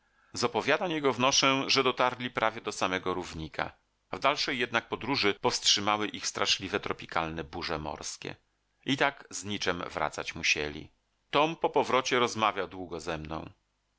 opowiadań jego wnoszę że dotarli prawie do samego równika w dalszej jednak podróży powstrzymały ich straszliwe tropikalne burze morskie i tak z niczem wracać musieli tom po powrocie rozmawiał długo ze mną